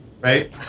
Right